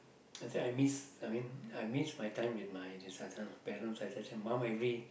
I think I miss I mean I miss my time with my this one parents mom especially every